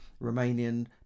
Romanian